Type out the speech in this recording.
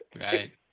Right